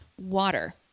water